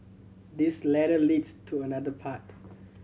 this ladder leads to another path